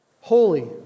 Holy